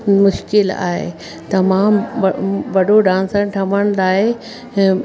मुश्किल आहे तमामु व वॾो डांसर ठवण लाइ